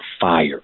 fire